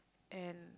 and